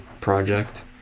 project